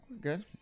good